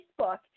Facebook